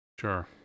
Sure